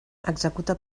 executa